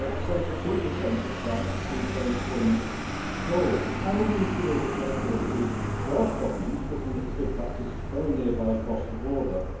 ah seventy two per cent of clients achieved their employment goals. how will you ensure, therefore, that the welsh government, looking at the good practice very nearby across the border,